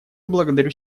благодарю